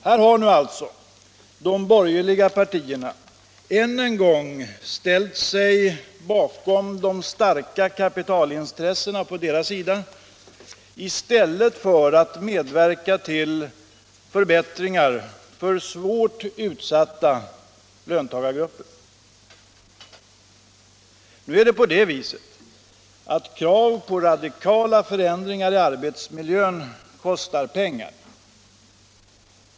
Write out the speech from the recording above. Här har alltså de borgerliga partierna än en gång ställt sig bakom de starka kapitalintressena på den egna sidan i stället för att medverka till förbättringar för svårt utsatta löntagargrupper. Nu är det på det viset att krav på radikala förändringar i arbetsmiljön kostar pengar.